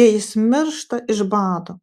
jei jis miršta iš bado